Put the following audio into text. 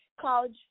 college